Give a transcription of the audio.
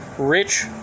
rich